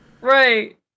Right